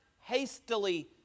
hastily